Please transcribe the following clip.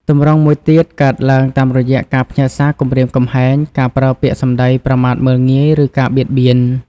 ទម្រង់មួយទៀតកើតឡើងតាមរយៈ ការផ្ញើសារគំរាមកំហែង ការប្រើពាក្យសំដីប្រមាថមើលងាយ ឬការបៀតបៀន។